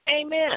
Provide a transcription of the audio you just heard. Amen